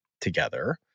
together